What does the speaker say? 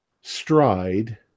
stride